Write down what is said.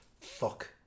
Fuck